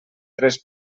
tres